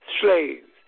slaves